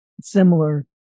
similar